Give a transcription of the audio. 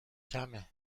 کمه